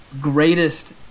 greatest